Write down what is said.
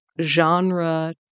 genre